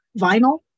vinyl